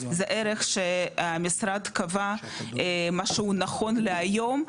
זה ערך שהמשרד קבע מה שהוא נכון להיום,